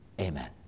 Amen